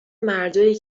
مردایی